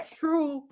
true